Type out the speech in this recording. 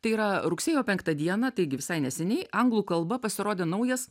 tai yra rugsėjo penktą dieną taigi visai neseniai anglų kalba pasirodė naujas